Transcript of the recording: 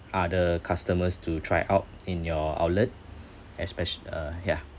other customers to try out in your outlet espec~ uh yeah